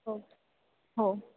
हो हो